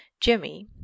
jimmy